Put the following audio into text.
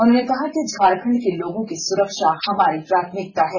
उन्होंने कहा कि झारखण्ड के लोगों की सुरक्षा हमारी प्राथमिकता है